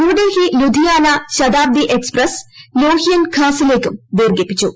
New Delhi Ludhiana Shatabdi express ലോഹിയൻ ഖാസിലേക്കും ദീർഘിപ്പിച്ചു